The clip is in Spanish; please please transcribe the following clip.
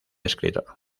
escritor